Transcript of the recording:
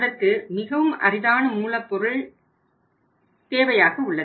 அதற்கு மிகவும் அரிதான மூலப்பொருள் தேவையாக உள்ளது